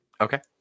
Okay